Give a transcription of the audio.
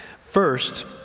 First